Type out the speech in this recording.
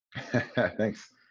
Thanks